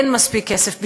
אין מספיק כסף בשבילה,